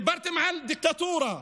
דיברתם על דיקטטורה,